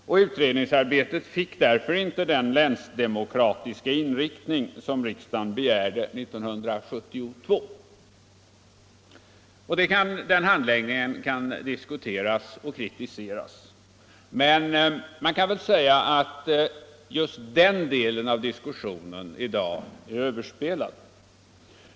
Utredningsarbetet fick därför inte den länsdemokratiska inriktning som riksdagen begärde 1972. Handläggningen kan diskuteras och kritiseras, men man kan väl säga att just den delen av diskussionen i dag är överspelad.